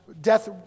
death